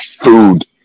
food